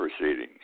proceedings